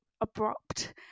abrupt